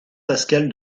pascal